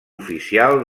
oficial